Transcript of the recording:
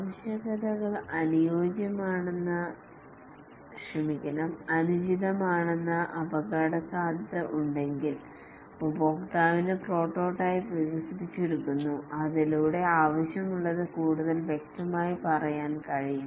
ആവശ്യകതകൾ അനുചിതമാണെന്ന അപകടസാധ്യത ഉണ്ടെങ്കിൽ ഉപഭോക്താവിന് പ്രോട്ടോടൈപ്പ് വികസിപ്പിച്ചെടുക്കുന്നു അതിലൂടെ ആവശ്യമുള്ളത് കൂടുതൽ വ്യക്തമായി പറയാൻ കഴിയും